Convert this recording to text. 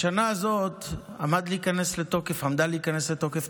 בשנה הזאת עמדה להיכנס לתוקף תקנה